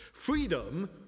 Freedom